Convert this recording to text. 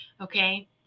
Okay